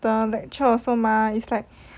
the lecture also mah is like